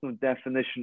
definition